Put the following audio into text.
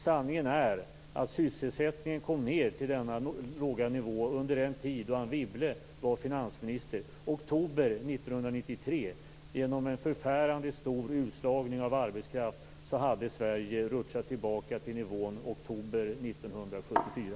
Sanningen är att sysselsättningen kom ned till denna låga nivå under den tid då Anne Wibble var finansminister, i oktober 1993. Genom en förfärande stor utslagning av arbetskraft hade Sverige då rutschat tillbaka till nivån från oktober 1974.